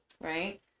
Right